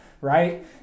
right